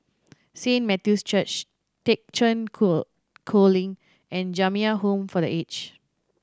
Saint Matthew's Church Thekchen Cho Choling and Jamiyah Home for The Aged